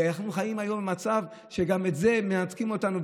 ואנחנו חיים היום במצב שגם מזה הם מנתקים אותנו,